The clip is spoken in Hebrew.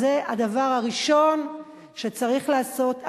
אז זה הדבר הראשון שצריך לעשות,